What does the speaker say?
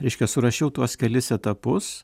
reiškia surašiau tuos kelis etapus